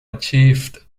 achieved